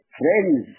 friends